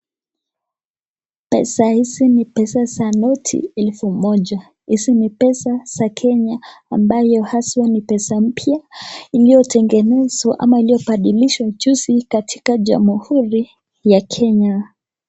Pesa hizi ni pesa za noti 1000,hizi ni pesa za Kenya, ambayo haswa ni pesa mpya iliyotengenezwa ama iliyobadilishwa juzi, katika jamuhuri ya Kenya.